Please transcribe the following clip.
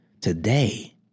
today